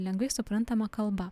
lengvai suprantama kalba